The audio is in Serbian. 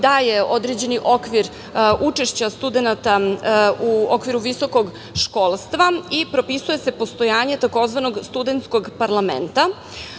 daje određeni okvir učešća studenata u okviru visokog školstva i propisuje se postojanje tzv. studentskog parlamenta. Odredbe